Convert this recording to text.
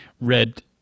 red